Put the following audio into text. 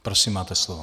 Prosím, máte slovo.